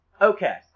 okay